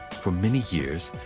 for many years,